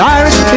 irish